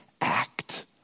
act